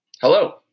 Hello